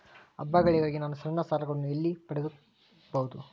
ಹಬ್ಬಗಳಿಗಾಗಿ ನಾನು ಸಣ್ಣ ಸಾಲಗಳನ್ನು ಎಲ್ಲಿ ಪಡೆಯಬಹುದು?